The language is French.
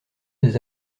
des